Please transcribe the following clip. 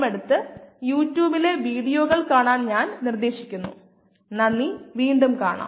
അടുത്ത പ്രഭാഷണം പ്രഭാഷണം 4 ൽ നമ്മൾ കണ്ടുമുട്ടാം